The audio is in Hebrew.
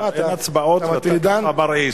אין הצבעות, ואתה ככה מרעיש.